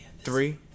Three